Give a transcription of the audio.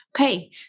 Okay